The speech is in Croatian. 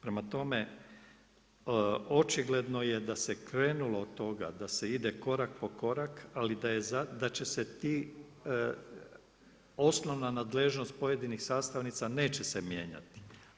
Prema tome, očigledno je da se krenulo od toga da se ide korak po korak, ali da će se ti, osnovna nadležnost pojedinih sastavnica neće se mijenjati.